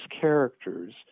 characters